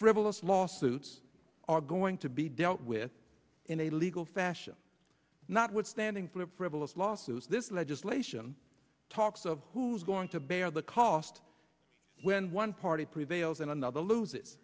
frivolous lawsuits are going to be dealt with in a legal fashion not withstanding flip frivolous lawsuits this legislation talks of who's going to bear the cost when one party prevails and another loses